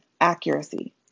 accuracy